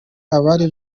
abari